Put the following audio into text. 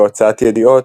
בהוצאת ידיעות,